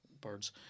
birds